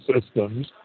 systems